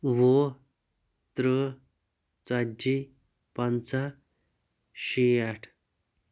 وُہ ترٕہ ژتجی پنٛژہ شیٹھ